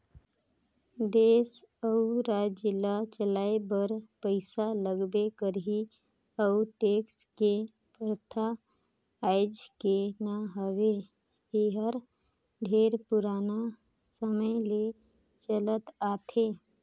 देस अउ राज ल चलाए बर पइसा लगबे करही अउ टेक्स के परथा आयज के न हवे एहर ढेरे पुराना समे ले चलत आथे